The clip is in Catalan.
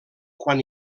quan